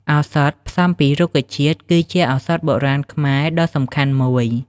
ឱសថផ្សំពីរុក្ខជាតិគឺឱសថបុរាណខ្មែរដ៏សំខាន់មួយ។